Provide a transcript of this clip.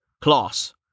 Class